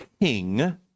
king